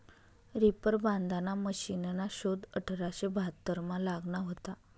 reaper बांधाना मशिनना शोध अठराशे बहात्तरमा लागना व्हता